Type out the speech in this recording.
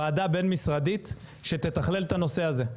ועדה בינמשרדית שתתכלל את הנושא הזה.